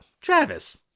Travis